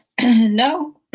No